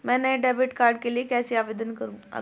मैं नए debit card के लिए कैसे आवेदन करूं?